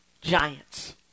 giants